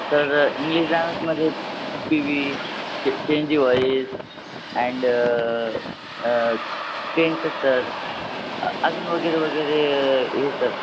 sir English ग्रामर्समध्ये P V चे change the voice and tense sir अजून वगैरे वगैरे हे सर